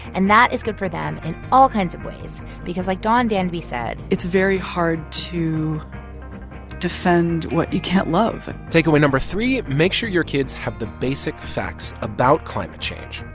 and that is good for them in all kinds of ways because like dawn danby said. it's very hard to defend what you can't love takeaway no. three make sure your kids have the basic facts about climate change.